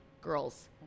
girls